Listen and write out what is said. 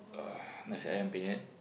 uh Nasi-Ayam-Penyet